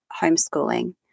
homeschooling